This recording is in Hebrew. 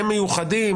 היו מיוחדים,